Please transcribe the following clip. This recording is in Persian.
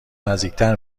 نزدیکتر